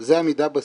זה עמידה בסף,